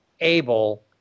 able